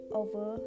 over